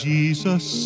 Jesus